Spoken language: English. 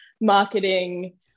marketing